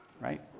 right